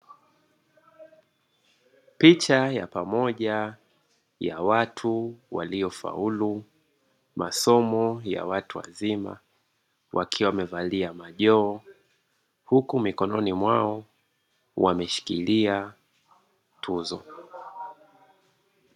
Picha ya pamoja ya watu waliofaulu masomo ya watu wazima, wakiwa wamevalia majoho huku mikononi mwao wameshikilia tuzo.